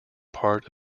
part